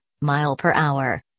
mile-per-hour